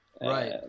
Right